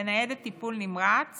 בניידת טיפול נמרץ